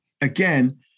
Again